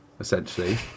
essentially